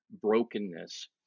brokenness